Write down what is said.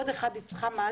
עוד אחד היא צריכה מעלית,